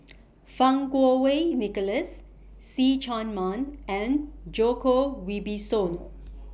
Fang Kuo Wei Nicholas See Chak Mun and Djoko Wibisono